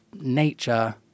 nature